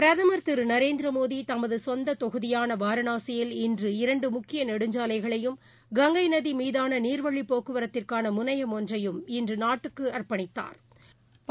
பிரதமர் திரு நரேந்திர மோடி தமது கொந்த தொகுதியாள வாரணாசியில் இரண்டு முக்கிய தேசிய நெடுஞ்சாலைகளையும் கங்கை நதி மீதான நீர்வழிப் போக்குவரத்திற்கான முனையம் ஒன்றையும் இன்று நாட்டுக்கு அர்ப்பணித்தாா்